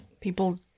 People